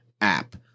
app